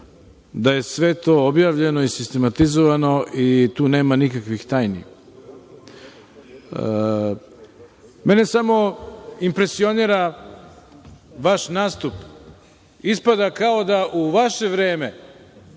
da je sve to objavljeno i sistematizovano i tu nema nikakvih tajni. Mene samo impresionira vaš nastup. Ispada kao da u vaše vreme,